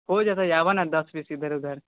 हो जेतै आबह नऽ दस बीस इधर उधर